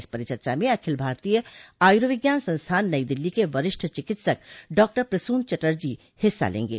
इस परिचर्चा में अखिल भारतीय आयूर्विज्ञान संस्थान नई दिल्ली के वरिष्ठ चिकित्सक डॉक्टर प्रसून चटर्जी हिस्सा लेंगे